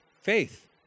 faith